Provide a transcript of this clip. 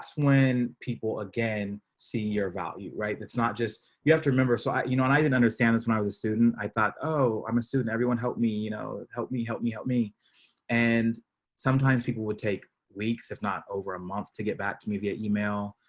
when people again see your value. right. that's not just you have to remember. so i, you know, and i didn't understand this when i was a student, i thought, oh, i'm a student everyone helped me, you know, help me, help me, help me. james ward and sometimes people would take weeks if not over a month to get back to me via email.